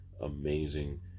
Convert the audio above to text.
amazing